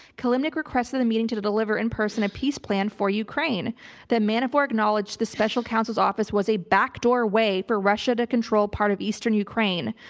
kilimnik requests that the meeting to to deliver in person a peace plan for ukraine that manafort acknowledged the special counsel's office was a backdoor way for russia to control part of eastern ukraine.